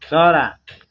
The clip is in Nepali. चरा